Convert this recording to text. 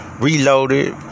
reloaded